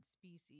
species